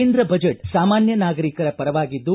ಕೇಂದ್ರ ಬಜೆಟ್ ಸಾಮಾನ್ಯ ನಾಗರಿಕರ ಪರವಾಗಿದ್ದು